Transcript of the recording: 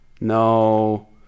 No